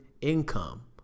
income